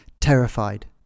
terrified